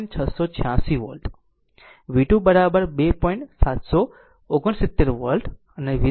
769 volt અને v3 1